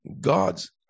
God's